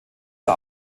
zur